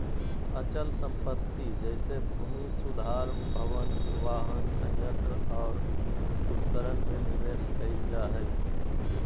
अचल संपत्ति जैसे भूमि सुधार भवन, वाहन, संयंत्र और उपकरण में निवेश कइल जा हइ